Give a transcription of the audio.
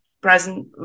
present